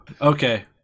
Okay